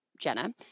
Jenna